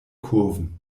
kurven